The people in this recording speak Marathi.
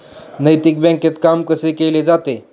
नैतिक बँकेत काम कसे केले जाते?